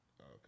Okay